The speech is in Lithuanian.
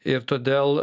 ir todėl